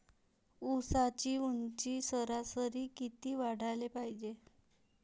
ऊसाची ऊंची सरासरी किती वाढाले पायजे?